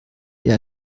der